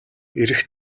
ирэх